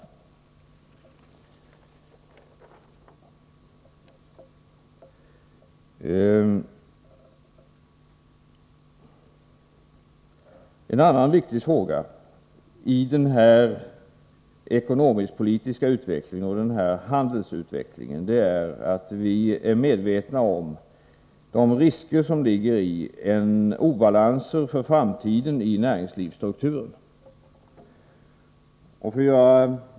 I en annan grundläggande fråga är det viktigt i den nuvarande ekonomiskpolitiska utvecklingen och handelsutvecklingen att vi är medvetna om de risker som ligger i obalanser i näringslivsstrukturen inför framtiden.